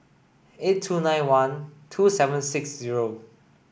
eight two nine one two seven six zero